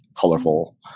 colorful